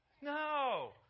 No